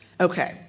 Okay